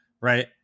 right